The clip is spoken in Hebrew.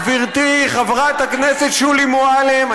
גברתי חברת הכנסת שולי מועלם,